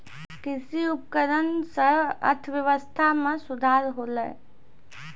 कृषि उपकरण सें अर्थव्यवस्था में सुधार होलय